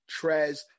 Trez